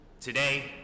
Today